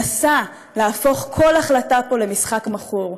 ומנסה להפוך כל החלטה פה למשחק מכור.